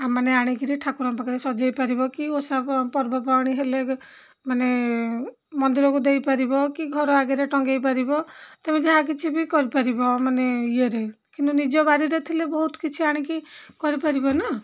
ଆଉ ମାନେ ଆଣିକରି ଠାକୁରଙ୍କ ପାଖରେ ସଜେଇ ପାରିବ କି ଓଷା ପର୍ବପର୍ବାଣି ହେଲେ ମାନେ ମନ୍ଦିରକୁ ଦେଇପାରିବ କି ଘର ଆଗରେ ଟଙ୍ଗେଇ ପାରିବ ତୁମେ ଯାହା କିଛି ବି କରିପାରିବ ମାନେ ଇଏରେ କିନ୍ତୁ ନିଜ ବାରିରେ ଥିଲେ ବହୁତ କିଛି ଆଣିକି କରିପାରିବ ନା